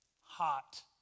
hot